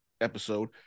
episode